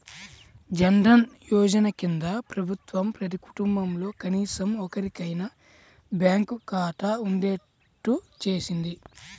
జన్ ధన్ యోజన కింద ప్రభుత్వం ప్రతి కుటుంబంలో కనీసం ఒక్కరికైనా బ్యాంకు ఖాతా ఉండేట్టు చూసింది